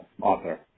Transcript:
author